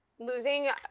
Losing